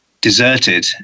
deserted